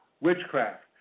witchcraft